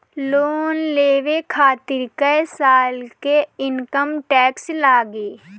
Loan लेवे खातिर कै साल के इनकम टैक्स लागी?